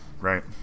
Right